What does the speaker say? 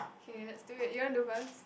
K let's do it you want do first